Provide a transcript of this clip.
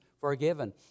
forgiven